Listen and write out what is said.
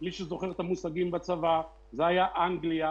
בצבא זה היה אנגליה,